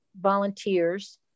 volunteers